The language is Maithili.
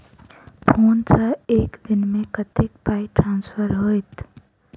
फोन सँ एक दिनमे कतेक पाई ट्रान्सफर होइत?